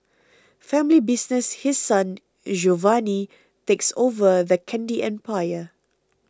family business His Son Giovanni takes over the candy empire